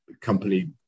company